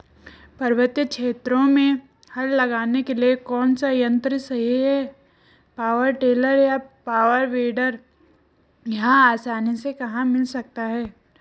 पर्वतीय क्षेत्रों में हल लगाने के लिए कौन सा यन्त्र सही है पावर टिलर या पावर वीडर यह आसानी से कहाँ मिल सकता है?